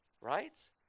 right